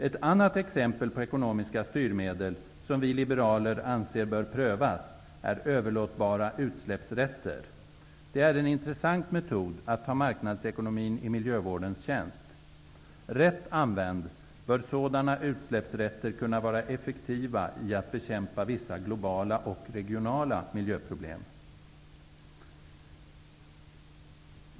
Ett annat exempel på ekonomiska styrmedel som vi liberaler anser bör prövas är överlåtbara utsläppsrätter. Det är en intressant metod att ta marknadsekonomin i miljövårdens tjänst. Rätt använd bör sådana utsläppsrätter kunna vara effektiva i att bekämpa vissa globala och regionala miljöproblem.